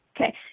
Okay